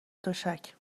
تشک